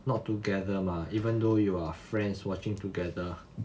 not together mah even though you are friends watching together